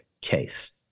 case